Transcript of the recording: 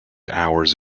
hours